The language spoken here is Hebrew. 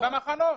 הם במחנות?